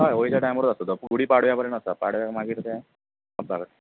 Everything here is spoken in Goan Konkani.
हय होळिच्या टायमारूच आसता तो गुडी पाडव्या पर्यंत आसता पाडव्या मागीर तें